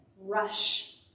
rush